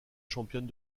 championne